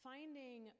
Finding